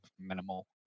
Minimal